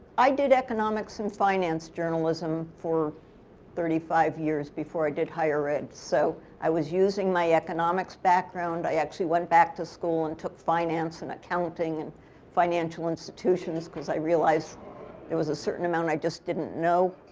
i did economics and finance journalism for thirty five years before i did higher ed, so i was using my economics background. i actually went back to school and took finance, and accounting, and financial institutions because i realized there was a certain amount i just didn't know.